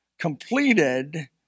completed